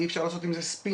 אי אפשר לעשות עם זה ספין.